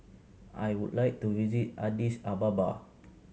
I would like to visit Addis Ababa